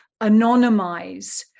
anonymize